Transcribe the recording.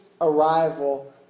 arrival